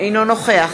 אינו נוכח